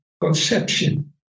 conception